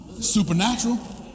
Supernatural